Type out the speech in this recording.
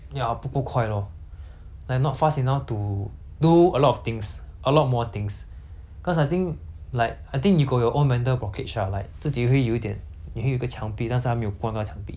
do a lot of things a lot more things cause I think like I think you got your own mental blockage ah like 自己会有一点你会有一个墙壁但是它没有关到墙壁 that's what I feel lah from you but I think it's like